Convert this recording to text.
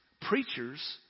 preachers